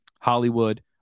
Hollywood